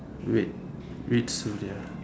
wait which